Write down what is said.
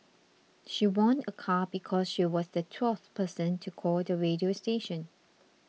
she won a car because she was the twelfth person to call the radio station